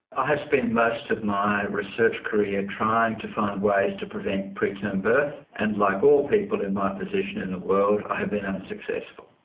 i have spent most of my research career trying to find ways to prevent preterm birth and like all people in my position in the world i have been unsuccessful.